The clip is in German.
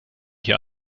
hier